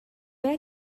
where